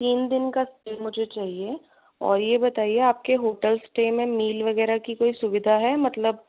तीन दिन का स्टे मुझे चाहिए और ये बताइए आपके होटल स्टे में कोई मील वगैरह की सुविधा है मतलब